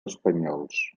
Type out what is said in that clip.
espanyols